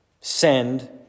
send